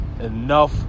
enough